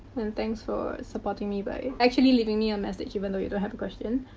and, thanks for supporting me by actually leaving me a message even though you don't have a question.